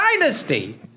dynasty